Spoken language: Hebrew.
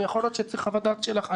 יכול להיות שצריך חוות דעת שלך.